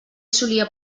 solia